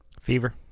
Fever